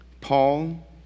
Paul